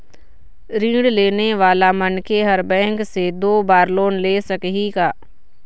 ऋण लेने वाला मनखे हर बैंक से दो बार लोन ले सकही का?